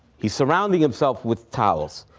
he's surrounding himself with towels.